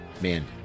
man